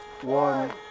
one